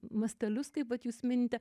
mastelius kaip vat jūs minite